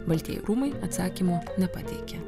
baltieji rūmai atsakymo nepateikė